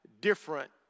different